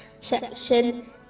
section